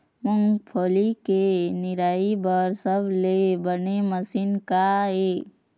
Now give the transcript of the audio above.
मूंगफली के निराई बर सबले बने मशीन का ये?